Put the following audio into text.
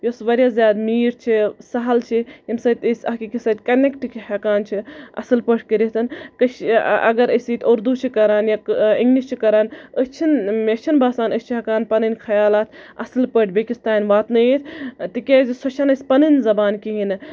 یۄس واریاہ زیادٕ میٖٹھ چھِ سَہَل چھِ ییٚمہِ سۭتۍ أسۍ اکھ أکِس سۭتۍ کَنٮ۪کٹ چھِ ہٮ۪کان چھِ اَصٕل پٲٹھۍ کٔرِتھ اَگر أسۍ ییٚتہِ اُردوٗ چھِ کران یا اِنگلِش چھِ کران أسۍ چھِنہٕ مےٚ چھُنہٕ باسان أسۍ چھِ ہٮ۪کان پَنٕنۍ خَیالات اَصٕل پٲٹھۍ بیٚیہِ کِس تام واتنٲوِتھ تِکیازِ سۄ چھےٚ نہٕ اَسہِ پَنٕنۍ زَبان کِہیٖنۍ نہٕ